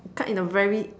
cut in a very